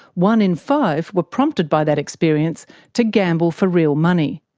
one in five were prompted by that experience to gamble for real money.